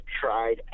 tried